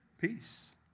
Peace